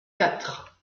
quatre